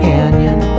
Canyon